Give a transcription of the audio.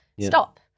stop